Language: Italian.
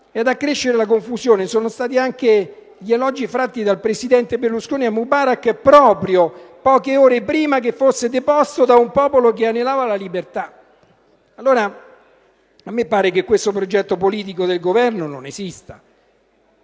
Ad accrescere la mia confusione sono stati anche gli elogi fatti dal Presidente Berlusconi a Mubarak proprio poche ore prima che fosse deposto da un popolo che anelava libertà. A me pare che il progetto politico del Governo non esista,